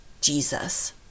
Jesus